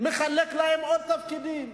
מחלק להם עוד תפקידים,